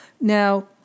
Now